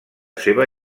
seva